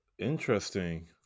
interesting